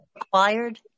acquired